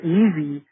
easy